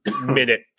minute